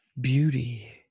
beauty